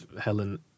Helen